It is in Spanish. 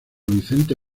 vicente